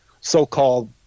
so-called